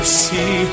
see